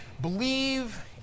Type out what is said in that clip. believe